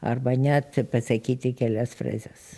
arba net pasakyti kelias frazes